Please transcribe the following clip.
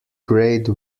grade